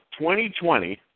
2020